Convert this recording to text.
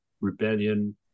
rebellion